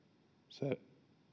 se